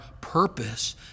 purpose